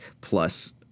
plus